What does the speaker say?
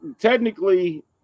technically